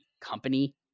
company